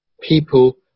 people